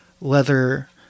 Leather